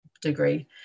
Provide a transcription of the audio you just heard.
degree